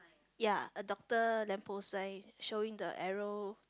ya a doctor lamp post sign showing the arrow